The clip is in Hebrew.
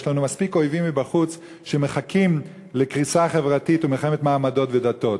יש לנו מספיק אויבים מבחוץ שמחכים לקריסה חברתית ולמלחמת מעמדות ודתות.